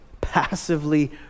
passively